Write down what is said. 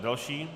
Další.